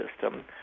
system